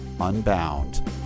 unbound